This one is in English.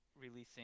releasing